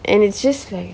and it's just like